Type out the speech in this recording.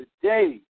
today